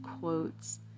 quotes